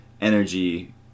energy